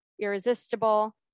irresistible